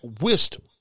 wisdom